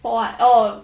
for what oh